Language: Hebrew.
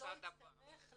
קצבת זיקנה,